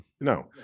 no